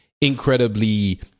incredibly